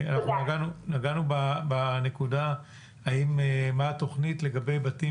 אנחנו נגענו בנקודה מה התוכנית לגבי בתים